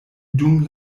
dum